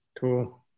Cool